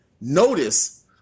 notice